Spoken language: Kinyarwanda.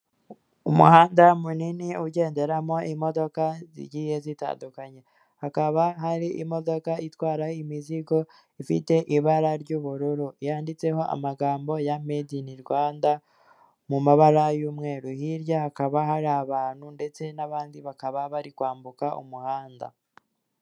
Umuhanda munini ugenderamo imodoka zigiye zitandukanye, hakaba hari imodoka itwara imizigo ifite ibara ry'ubururu yanditseho amagambo ya medi ini Rwanda mu mabara y'umweru, hirya hakaba hari abantu ndetse n'abandi bakaba bari kwambuka umuhanda.